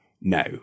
No